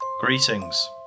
Greetings